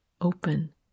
open